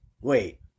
Wait